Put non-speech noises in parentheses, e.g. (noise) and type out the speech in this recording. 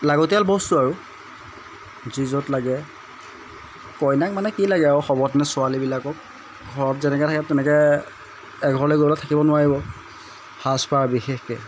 লাগতিয়াল বস্তু আৰু যি য'ত লাগে কইনাক মানে কি লাগে আৰু (unintelligible) ছোৱালীবিলাকক ঘৰত যেনেকৈ থাকে তেনেকৈ এঘৰলৈ গ'লে থাকিব নোৱাৰিব সাজপাৰ বিশেষকৈ